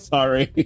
Sorry